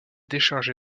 déchargé